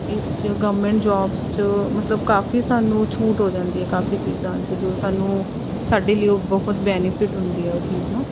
ਇਸ 'ਚ government jobs 'ਚ ਮਤਲਬ ਕਾਫ਼ੀ ਸਾਨੂੰ ਛੂਟ ਹੋ ਜਾਂਦੀ ਹੈ ਕਾਫ਼ੀ ਚੀਜ਼ਾਂ 'ਚ ਜੋ ਸਾਨੂੰ ਸਾਡੇ ਲਈ ਉਹ ਬਹੁਤ ਬੈਨੀਫਿੱਟ ਹੁੰਦੀ ਹੈ ਉਹ ਚੀਜ਼ ਨਾ